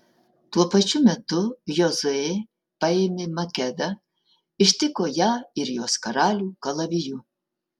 tuo pačiu metu jozuė paėmė makedą ištiko ją ir jos karalių kalaviju